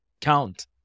count